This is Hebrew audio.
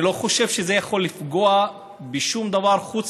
אני לא חושב שזה יכול לפגוע בשום דבר חוץ